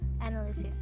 analysis